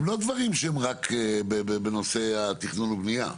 אלה לא דברים רק בנושא של תכנון ובנייה.